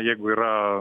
jeigu yra